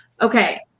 Okay